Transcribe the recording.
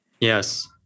Yes